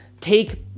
take